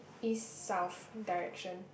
east south direction